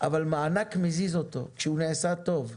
אבל מענק מזיז אותו, כשהוא נעשה טוב.